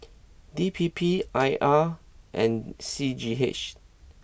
D P P I R and C G H